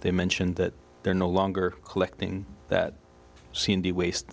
they mentioned that they're no longer collecting that seen the waste